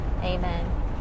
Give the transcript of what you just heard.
amen